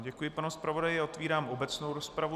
Děkuji panu zpravodaji a otevírám obecnou rozpravu.